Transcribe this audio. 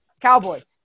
Cowboys